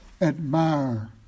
admire